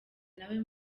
nawe